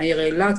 לעיר אילת,